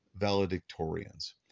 valedictorians